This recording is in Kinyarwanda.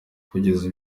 kugeza